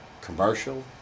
commercial